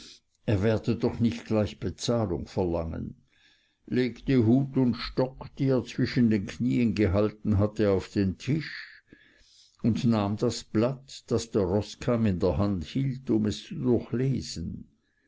er werde doch nicht gleich bezahlung verlangen legte hut und stock die er zwischen den knien gehalten hatte auf den tisch und nahm das blatt das der roßkamm in der hand hielt um es